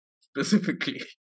specifically